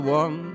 one